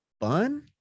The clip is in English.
fun